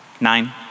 Nine